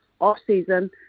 off-season